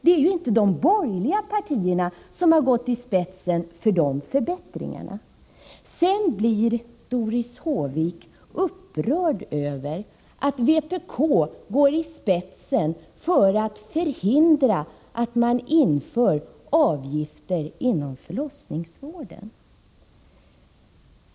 Det är ju inte de borgerliga partierna som har gått i spetsen för de förbättringarna. Sedan blir Doris Håvik upprörd över att vpk går i spetsen för att förhindra att man inför avgifter inom förlossningsvården.